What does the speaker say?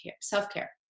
self-care